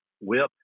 whip